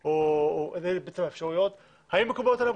או תאגיד אשכול אלה האפשרויות מקובלות עליו או לא.